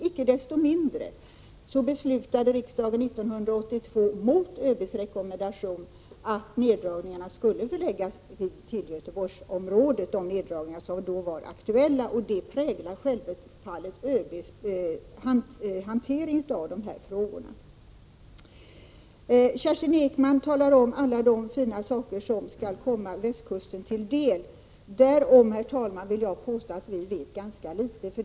1986/87:133 men icke desto mindre beslutade riksdagen 1982 mot ÖB:s rekommendation 1 juni 1987 att de neddragningar som då var aktuella skulle göras i Göteborgsområdet. Detta präglar självfallet ÖB:s hantering av dessa frågor. Kerstin Ekman talar om alla de fina saker som skall komma västkusten till del. Därom vet vi ganska litet, herr talman, vill jag påstå.